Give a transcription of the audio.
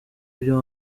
ibyo